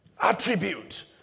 Attribute